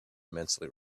immensely